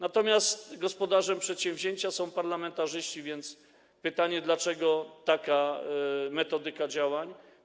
Natomiast gospodarzem przedsięwzięcia są parlamentarzyści, więc pojawia się pytanie: Dlaczego taka metodyka działań?